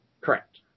Correct